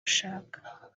ushaka